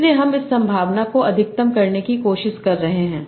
इसलिए हम इस संभावना को अधिकतम करने की कोशिश कर रहे हैं